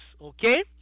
okay